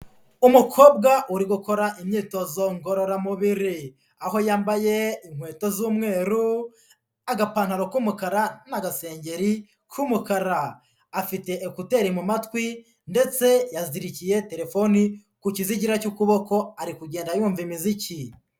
Umukobwa uri gukora imyitozo ngororamubiri, aho yambaye inkweto z'umweru, agapantaro k'umukara n'agashengeri k'umukara, afite ekuteri mu matwi ndetse yazirikiye telefoni ku kizigira cy'ukuboko ari kugenda yumva imiziki.